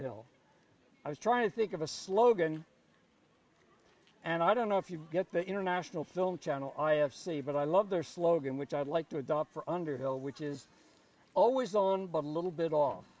underhill i was trying to think of a slogan and i don't know if you get the international film channel i f c but i love their slogan which i'd like to adopt for underhill which is always on but a little bit off